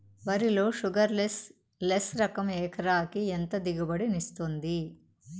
వరి లో sugarless less రకం ఎకరాకి ఎంత దిగుబడినిస్తుంది